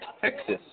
Texas